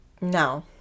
No